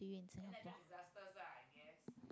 to you in singapore